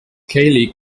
cayley